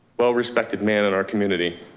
well respected man in our community.